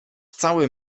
cały